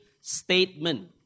statement